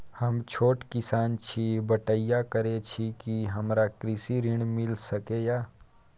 हम छोट किसान छी, बटईया करे छी कि हमरा कृषि ऋण मिल सके या?